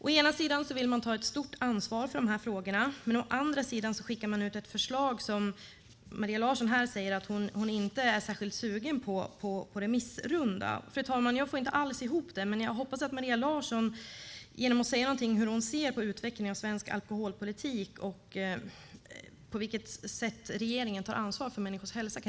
Å ena sidan vill man ta ett stort ansvar för dessa frågor, å andra sidan skickar man ut detta förslag, som Maria Larsson här säger att hon inte är särskilt sugen på, på remissrunda. Fru talman! Jag får inte alls ihop det, men jag hoppas att Maria Larsson kan reda ut detta lite grann genom att säga någonting om hur hon ser på utvecklingen inom svensk alkoholpolitik och på vilket sätt regeringen tar ansvar för människors hälsa.